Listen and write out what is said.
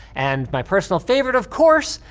and my personal favorite, of course,